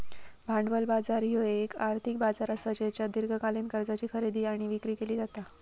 भांडवल बाजार ह्यो येक आर्थिक बाजार असा ज्येच्यात दीर्घकालीन कर्जाची खरेदी आणि विक्री केली जाता